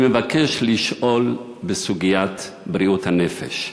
אני מבקש לשאול בסוגיית בריאות הנפש.